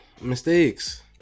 mistakes